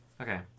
Okay